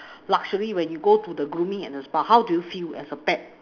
luxury when you go to the grooming and the spa how do you feel as a pet